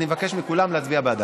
ואני מבקש מכולם להצביע בעדה.